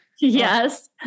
Yes